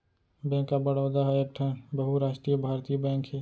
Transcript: bank of Baroda ह एकठन बहुरास्टीय भारतीय बेंक हे